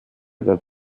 der